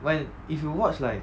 when if you watch like